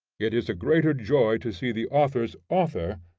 it is a greater joy to see the author's author,